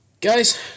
guys